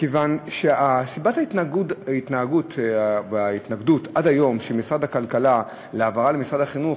מכיוון שעד היום סיבת ההתנגדות של משרד הכלכלה להעברה למשרד החינוך,